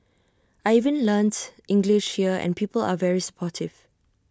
I even learnt English here and people are very supportive